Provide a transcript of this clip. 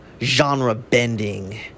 genre-bending